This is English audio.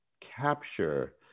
capture